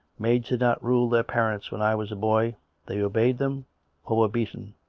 maids did not rule their parents when i was a boy they obeyed them or were beaten.